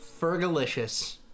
Fergalicious